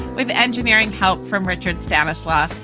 with engineering help from richard stanislaw.